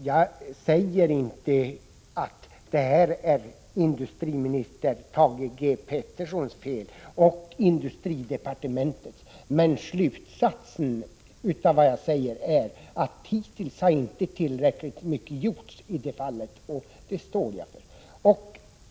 Jag säger inte att det är industriminister Thage G. Petersons fel eller industridepartementets, men slutsatsen av vad jag säger är att hittills har inte tillräckligt mycket gjorts för denna industrigren. Det står jag för.